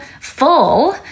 full